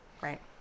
Right